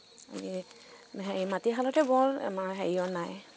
আমি হেৰি মাটি শালতে ব' আমাৰ হেৰিয় নাই